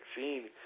vaccine